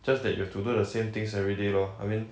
just that you've to do the same things everyday lor I mean